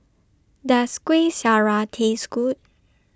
Does Kueh Syara Taste Good